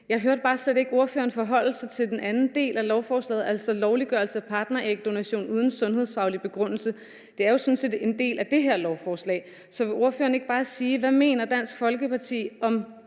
Jeg hørte bare slet ikke ordføreren forholde sig til den anden del af lovforslaget, altså lovliggørelse af partnerægdonation uden sundhedsfaglig begrundelse. Det er jo sådan set en del af det her lovforslag. Så vil ordføreren ikke bare sige, hvad Dansk Folkeparti mener